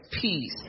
peace